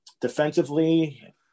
Defensively